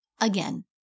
again